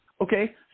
okay